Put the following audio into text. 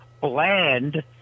bland